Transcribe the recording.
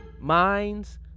minds